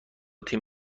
تیم